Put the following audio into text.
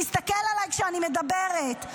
תסתכל עליי כשאני מדברת,